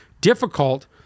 difficult